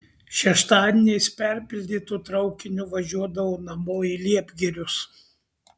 šeštadieniais perpildytu traukiniu važiuodavo namo į liepgirius